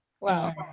Wow